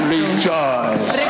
Rejoice